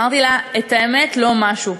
אמרתי לה: האמת, לא משהו.